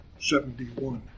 71